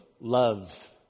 love